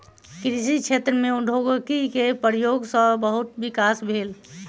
कृषि क्षेत्र में प्रौद्योगिकी के उपयोग सॅ बहुत विकास भेल